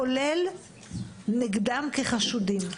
כולל נגדם כחשודים,